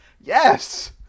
yes